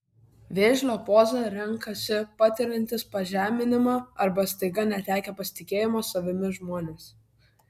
vėžlio pozą renkasi patiriantys pažeminimą arba staiga netekę pasitikėjimo savimi žmonės